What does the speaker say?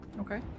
Okay